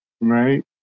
right